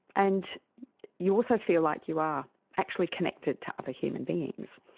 and you also feel like you are actually connected to other human beings.